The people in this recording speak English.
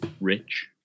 rich